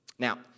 Now